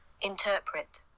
Interpret